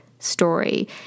Story